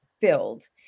filled